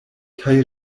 kaj